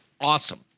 awesome